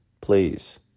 please